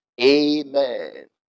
Amen